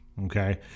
Okay